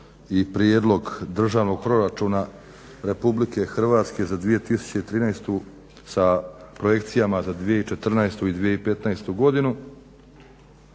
i Prijedlog državnog proračuna Republike Hrvatske za 2013., sa projekcijama za 2014. i 2015. godinu